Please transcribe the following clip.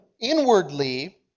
inwardly